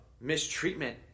mistreatment